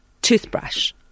Toothbrush